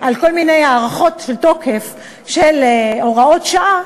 על כל מיני הארכות תוקף של הוראות שעה,